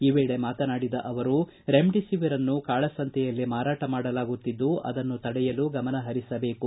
ಈ ವೇಳೆ ಮಾತನಾಡಿದ ಅವರು ರೆಮ್ಡಿಸಿವಿರ್ ಅನ್ನು ಕಾಳಸಂತೆಯಲ್ಲಿ ಮಾರಾಟ ಮಾಡಲಾಗುತ್ತಿದ್ದು ಅದನ್ನು ತಡೆಯಲು ಗಮನಪರಿಸಬೇಕು